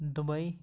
Dubai